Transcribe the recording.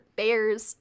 bears